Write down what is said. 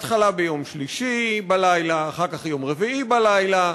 התחלה ביום שלישי בלילה, אחר כך יום רביעי בלילה,